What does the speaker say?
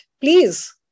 please